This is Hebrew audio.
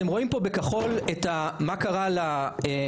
אתם רואים פה בכחול את מה שקרה לתעסוקה,